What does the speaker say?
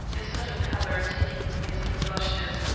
a sudden pallor taking the place of her blushes,